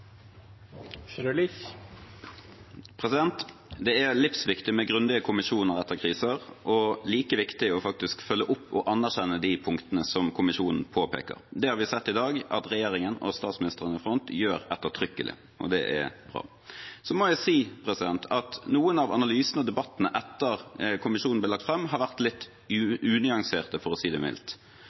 med grundige kommisjoner etter kriser, og det er like viktig å faktisk følge opp og anerkjenne de punktene som kommisjonen påpeker. Det har vi i dag sett at regjeringen med statsministeren i front gjør ettertrykkelig, og det er bra. Så må jeg si at noen av analysene og debattene etter at kommisjonens rapport ble lagt fram, har vært litt unyanserte – for å si det mildt.